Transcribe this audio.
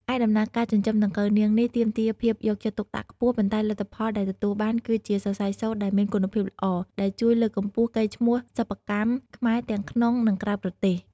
ឯដំណើរការចិញ្ចឹមដង្កូវនាងនេះទាមទារភាពយកចិត្តទុកដាក់ខ្ពស់ ប៉ុន្តែលទ្ធផលដែលទទួលបានគឺជាសរសៃសូត្រដែលមានគុណភាពល្អ ដែលជួយលើកកម្ពស់កេរ្តិ៍ឈ្មោះសិប្បកម្មខ្មែរទាំងក្នុងនិងក្រៅប្រទេស។